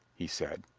he said.